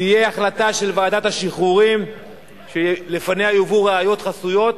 תהיה החלטה של ועדת השחרורים שלפניה יובאו ראיות חסויות,